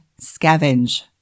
Scavenge